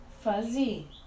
fuzzy